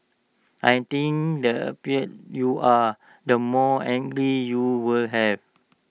I think the happier you are the more you will have